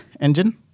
engine